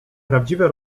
prawdziwe